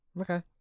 Okay